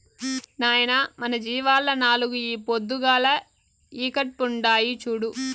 నాయనా మన జీవాల్ల నాలుగు ఈ పొద్దుగాల ఈకట్పుండాయి చూడు